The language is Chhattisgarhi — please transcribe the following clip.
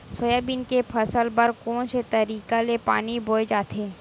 सोयाबीन के फसल बर कोन से तरीका ले पानी पलोय जाथे?